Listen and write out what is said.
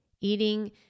eating